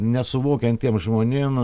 nesuvokiantiem žmonėms